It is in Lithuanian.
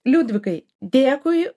liudvikai dėkui